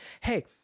hey